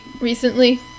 recently